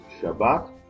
Shabbat